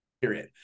period